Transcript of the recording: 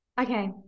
Okay